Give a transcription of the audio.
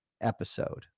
episode